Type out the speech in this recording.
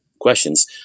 questions